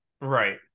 Right